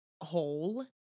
whole